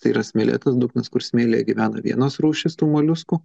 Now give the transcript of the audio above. tai yra smėlėtas dugnas kur smėlyje gyvena vienos rūšys tų moliuskų